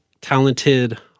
talented